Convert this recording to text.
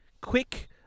Quick